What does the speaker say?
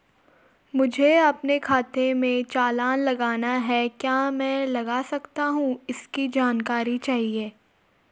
मुझे अपने खाते से चालान लगाना है क्या मैं लगा सकता हूँ इसकी जानकारी चाहिए?